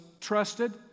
trusted